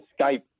Skype